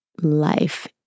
life